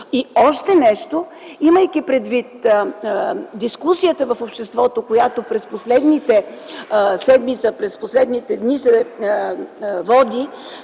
Още нещо, имайки предвид дискусията в обществото, която през последната седмица и през последните дни се води